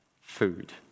food